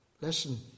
Listen